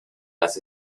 las